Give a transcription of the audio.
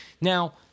Now